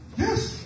yes